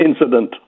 incident